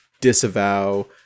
disavow